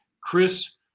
Chris